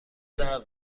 درد